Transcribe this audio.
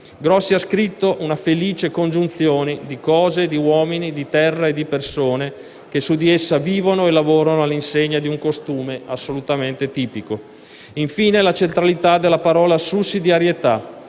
Grossi ha scritto una «felice congiunzione di cose e di uomini, di terra e di persone che su di essa vivono e lavorano all'insegna di un costume assolutamente tipico». Infine, la centralità della parola «sussidiarietà»,